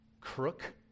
crook